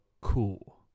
cool